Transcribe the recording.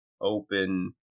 open